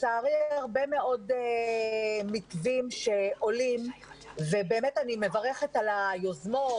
לצערי הרבה מאוד מתווים שעולים ובאמת אני מברכת על היוזמות,